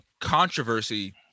controversy